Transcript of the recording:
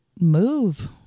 move